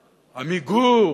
"עמיגור",